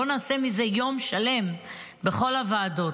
בואו נעשה מזה יום שלם בכל הוועדות,